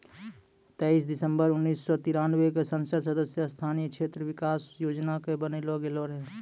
तेइस दिसम्बर उन्नीस सौ तिरानवे क संसद सदस्य स्थानीय क्षेत्र विकास योजना कअ बनैलो गेलैय